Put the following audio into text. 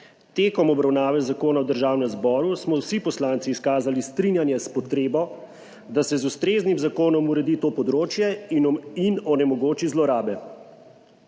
Tekom obravnave zakona v Državnem zboru smo vsi poslanci izkazali strinjanje s potrebo, da se z ustreznim zakonom uredi to področje in onemogoči zlorabe.